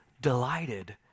delighted